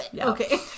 Okay